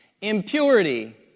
impurity